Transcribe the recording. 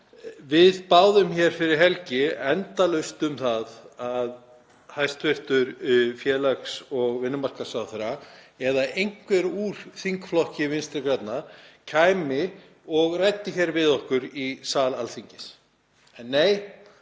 Við báðum hér fyrir helgi endalaust um að hæstv. félags- og vinnumarkaðsráðherra eða einhver úr þingflokki Vinstri grænna kæmi og ræddi við okkur í sal Alþingis. Nei,